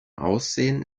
aussehen